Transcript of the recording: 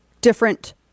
different